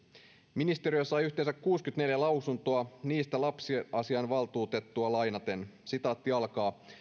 ministeriö sai yhteensä kuusikymmentäneljä lausuntoa ja niistä lapsiasiavaltuutettua lainaten